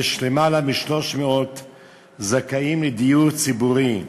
יש למעלה מ-300 זכאים לדיור ציבורי.